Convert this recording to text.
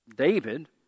David